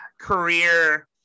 career